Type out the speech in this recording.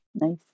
Nice